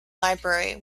library